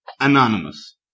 Anonymous